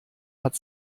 hat